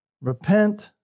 repent